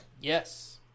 Yes